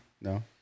No